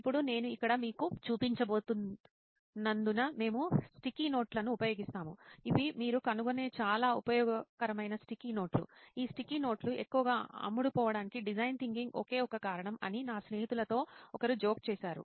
ఇప్పుడు నేను ఇక్కడ మీకు చూపించబోతున్నందున మేము స్టిక్కీ నోట్లను ఉపయోగిస్తాము ఇవి మీరు కనుగొనే చాలా ఉపయోగకరమైన స్టిక్కీ నోట్లు ఈ స్టిక్కీ నోట్లు ఎక్కువగా అమ్ముడుపోవడానికి డిజైన్ థింకింగ్ ఒకే ఒక కారణం అని నా స్నేహితులలో ఒకరు జోక్ చేశారు